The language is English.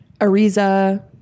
Ariza